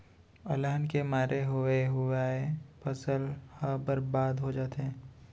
अलहन के मारे होवे हुवाए फसल ह बरबाद हो जाथे